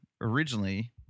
originally